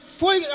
foi